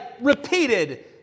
repeated